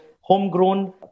homegrown